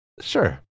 Sure